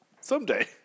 someday